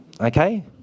okay